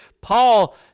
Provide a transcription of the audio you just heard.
Paul